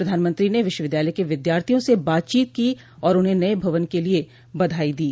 प्रधानमंत्री ने विश्वविद्यालय क विद्यार्थियों से बातचीत की और उन्हें नये भवन के लिए बधाई दी